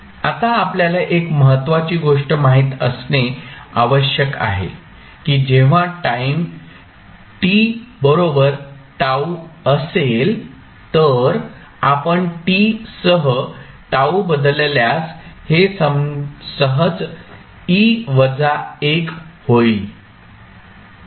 आता आपल्याला एक महत्त्वाची गोष्ट माहित असणे आवश्यक आहे की जेव्हा टाईम t बरोबर τ असेल तर आपण t सह τ बदलल्यास हे सहज होईल